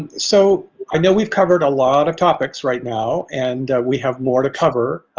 ah so i know we've covered a lot of topics right now, and we have more to cover.